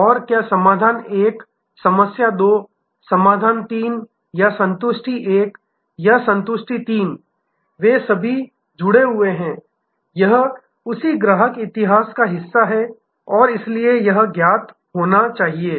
और क्या समस्या 1 समस्या 2 समस्या 3 या संतुष्टि 1 या संतुष्टि 3 वे सभी जुड़े हुए हैं यह उसी ग्राहक इतिहास का हिस्सा है और इसलिए यह ज्ञात होना चाहिए